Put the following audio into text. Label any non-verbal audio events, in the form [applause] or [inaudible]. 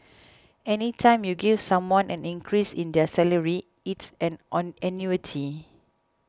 any time you give someone an increase in their salary it's an [hesitation] annuity